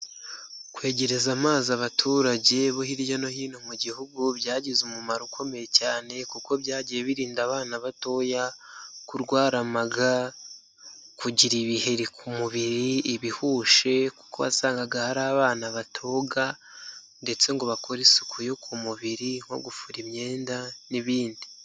Kwegereza amazi abaturage bo hirya no hino mu gihugu byagize umumaro ukomeye cyane, kuko byagiye birinda abana batoya kurwara amaga, kugira ibiheri ku mubiri, ibihushe kuko wasangaga hari abana batoga, ndetse ngo bakore isuku yo ku mubiri nko gufura imyenda n'ibindi.